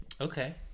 Okay